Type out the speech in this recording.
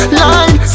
line